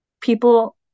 People